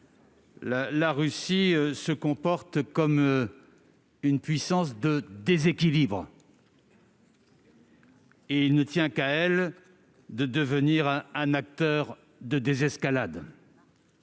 la Russie se comporte comme une puissance de déséquilibre et il ne tient qu'à elle de devenir un acteur de désescalade.